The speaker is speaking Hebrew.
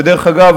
ודרך אגב,